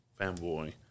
fanboy